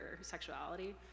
sexuality